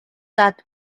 that